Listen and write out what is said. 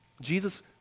Jesus